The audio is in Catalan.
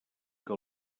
que